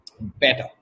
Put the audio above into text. better